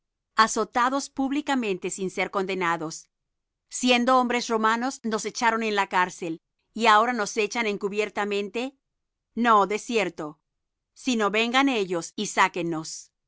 azotados públicamente sin ser condenados siendo hombres romanos nos echaron en la cárcel y ahora nos echan encubiertamente no de cierto sino vengan ellos y sáquennos